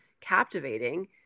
captivating